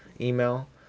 email